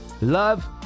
love